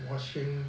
washing